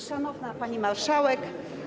Szanowna Pani Marszałek!